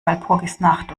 walpurgisnacht